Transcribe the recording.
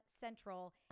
Central